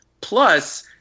plus